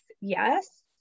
yes